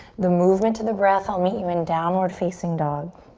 the movement to the breath. i'll meet you in downward facing dog.